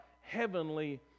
heavenly